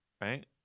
Right